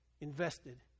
invested